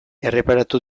erreparatu